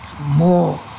more